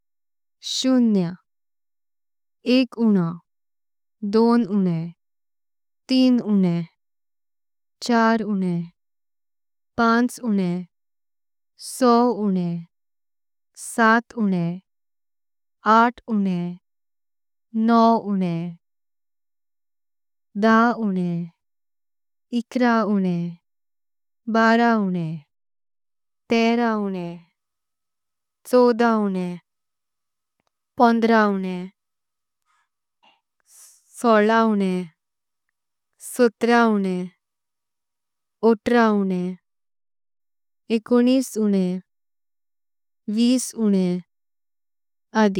शून्य, एक उणे, दोन उणे, तीन उणे, चार उणे। पाच उणे, सहा उणे, सात उणे, आठ उणे, नव उणे। दहा उणे, एकरे उणे, बारा उणे, तेरा उणे, चौदा उणे। पंधरा उणे, सोळा उणे, सतर उणे। अठरा उणे, एकोणीस उणे, वीस उणे, आदी।